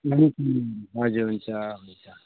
हजुर हुन्छ हुन्छ